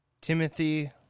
Timothy